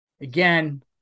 again –